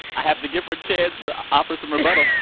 i have to give her a chance to offer some rebuttal.